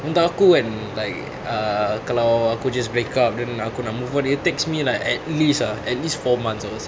untuk aku kan like ah kalau aku just break up then aku nak move on it takes me like at least at least ah four months I would say